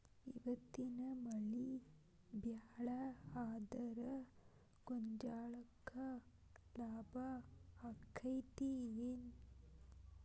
ಇವತ್ತಿನ ಮಳಿ ಭಾಳ ಆದರ ಗೊಂಜಾಳಕ್ಕ ಲಾಭ ಆಕ್ಕೆತಿ ಏನ್?